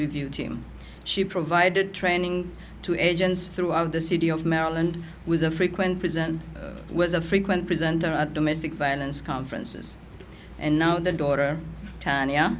review team she provided training to agents throughout the city of maryland was a frequent prison was a frequent presenter at domestic violence conferences and now the daughter t